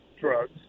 drugs